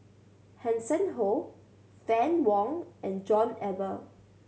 Hanson Ho Fann Wong and John Eber